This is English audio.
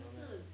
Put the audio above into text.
no meh